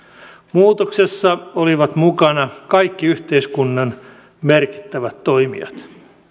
muutoksessa olivat mukana kaikki yhteiskunnan merkittävät toimijat